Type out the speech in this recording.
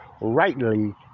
rightly